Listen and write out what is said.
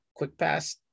QuickPass